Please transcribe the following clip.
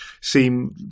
seem